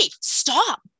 stop